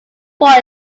voice